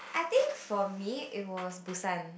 I think for me it was Busan